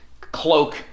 cloak